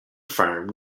farm